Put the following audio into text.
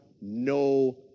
no